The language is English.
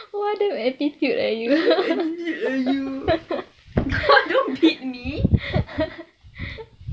why do you attitude eh you don't beat me